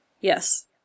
Yes